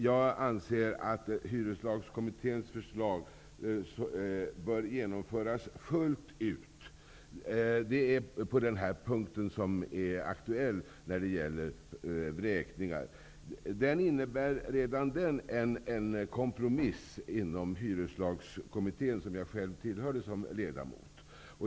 Jag anser att det förslaget bör genomföras fullt ut. Den punkt som är aktuell när det gäller vräkningar innebär redan den en kompromiss inom hyreslagskommittén som jag tillhörde som ledamot.